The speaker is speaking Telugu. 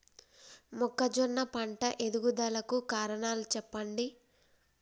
మొక్కజొన్న పంట ఎదుగుదల కు కారణాలు చెప్పండి?